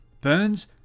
Burns